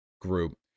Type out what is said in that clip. group